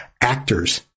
actors